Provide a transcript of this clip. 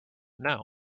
know